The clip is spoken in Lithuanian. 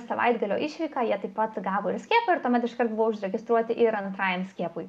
savaitgalio išvyką jie taip pat gavo ir skiepą ir tuomet iškart buvo užregistruoti ir antrajam skiepui